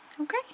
okay